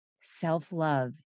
self-love